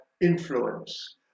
influence